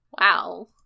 Wow